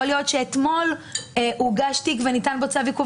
יכול להיות שאתמול הוגש תיק וניתן בו צו עיכוב